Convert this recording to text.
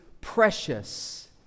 precious